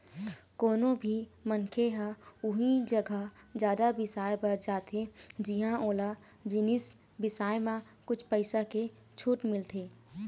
कोनो भी मनखे ह उही जघा जादा बिसाए बर जाथे जिंहा ओला जिनिस बिसाए म कुछ पइसा के छूट मिलथे